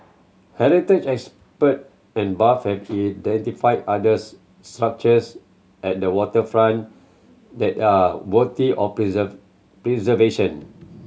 heritage expert and buff have identified others structures at the waterfront that are worthy of preservation